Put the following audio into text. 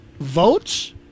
votes